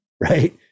right